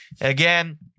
Again